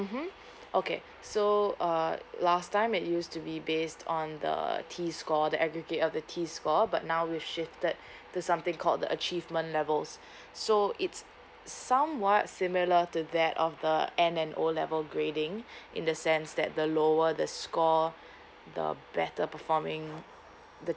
mmhmm okay so uh last time it used to be based on the T score the aggregate of the T score but now we shifted to something called the achievement levels so it's somewhat similar to that of the M_N_O level grading in the sense that the lower the score the better performing